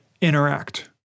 interact